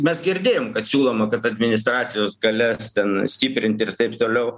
mes girdėjom kad siūloma kad administracijos galias ten stiprinti ir taip toliau